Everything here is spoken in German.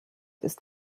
ist